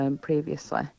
previously